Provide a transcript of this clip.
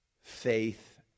faith